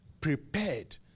Prepared